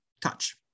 touch